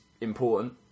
important